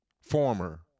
former